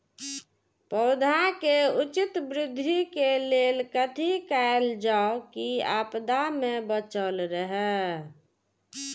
पौधा के उचित वृद्धि के लेल कथि कायल जाओ की आपदा में बचल रहे?